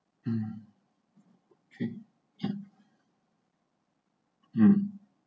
mm K ya mm